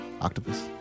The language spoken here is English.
Octopus